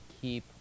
keep